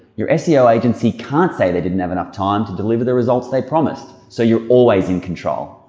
your seo agency can't say they didn't have enough time to deliver the results they promised so you're always in control.